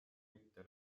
mitte